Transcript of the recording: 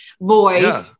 voice